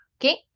Okay